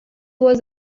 was